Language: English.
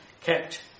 kept